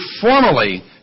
formally